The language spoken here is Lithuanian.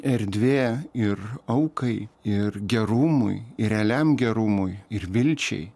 erdvė ir aukai ir gerumui ir realiam gerumui ir vilčiai